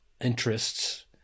interests